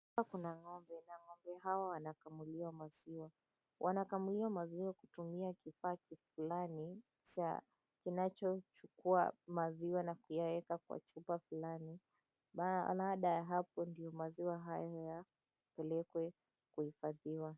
Hapa kuna ng'ombe na ng'ombe hawa wanakamuliwa maziwa. Wanakamuliwa maziwa kutumia kifaa flani kinachochukua maziwa na kuyaweka kwa chupa flani na baada ya hapo ndio maziwa haya yapelekwe kuhifadhiwa.